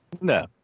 No